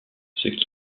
qui